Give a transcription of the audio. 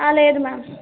లేదు మ్యామ్